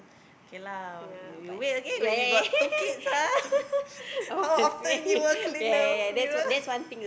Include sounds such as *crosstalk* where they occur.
K lah you you wait okay when you got two kids ah *laughs* how often you will clean the mirror